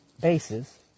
bases